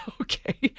Okay